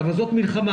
אבל זאת מלחמה.